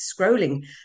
scrolling